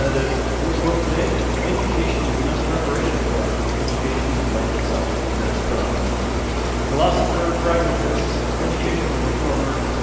ah the board quote today is education is not preparation for life, education is life itself. and that's from the philosopher, pragmatist, educational reformer,